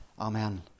Amen